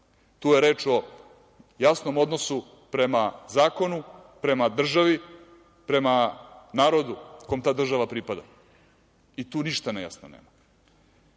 Tu je reč o jasnom odnosu prema zakonu, prema državi, prema narodu kom ta država pripada. I tu ništa nejasno nema. Što